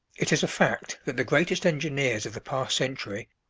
it is a fact that the greatest engineers of the past century,